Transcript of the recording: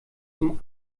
zum